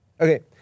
Okay